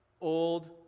old